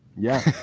yeah.